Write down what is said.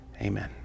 Amen